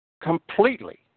Completely